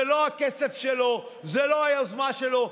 זה לא הכסף שלו, זה לא היוזמה שלו.